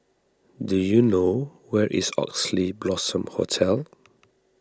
do you know where is Oxley Blossom Hotel